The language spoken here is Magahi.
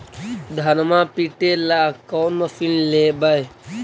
धनमा पिटेला कौन मशीन लैबै?